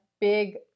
big